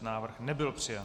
Návrh nebyl přijat.